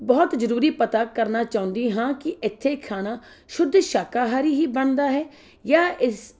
ਬਹੁਤ ਜ਼ਰੂਰੀ ਪਤਾ ਕਰਨਾ ਚਾਹੁੰਦੀ ਹਾਂ ਕਿ ਇੱਥੇ ਖਾਣਾ ਸ਼ੁੱਧ ਸ਼ਾਕਾਹਾਰੀ ਹੀ ਬਣਦਾ ਹੈ ਜਾਂ ਇਸ